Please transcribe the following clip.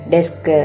Desk